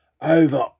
over